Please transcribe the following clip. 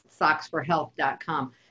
socksforhealth.com